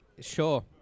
Sure